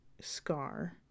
scar